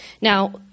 Now